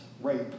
rape